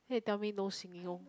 hey tell me no singing lor